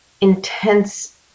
intense